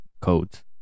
codes